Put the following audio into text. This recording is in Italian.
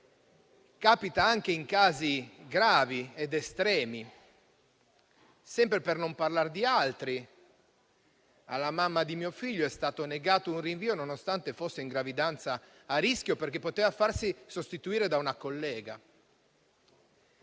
capita anche in casi gravi ed estremi. Sempre per non parlare di altri: alla mamma di mio figlio è stato negato un rinvio nonostante fosse in gravidanza a rischio, perché poteva farsi sostituire da una collega.